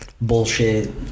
bullshit